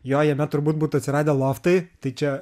jo jame turbūt būtų atsiradę loftai tai čia